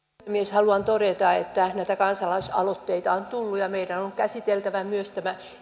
haluan todeta että näitä kansalaisaloitteita on tullut ja meidän on käsiteltävä myös tämä